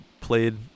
played